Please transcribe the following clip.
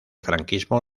franquismo